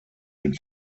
den